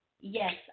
Yes